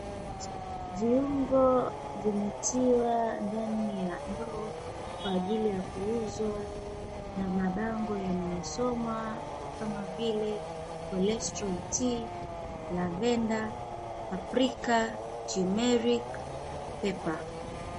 Viungo vimetiwa ndani ya ndoo kwa ajili ya kuuzwa na mabango yanayosoma kama vile cholestrol tea, lavender, paprika, tumeric, peper .